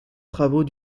travaux